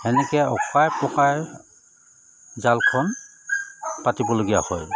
তেনেকৈ অকাই পকাই জালখন পাতিবলগীয়া হয়